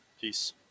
Peace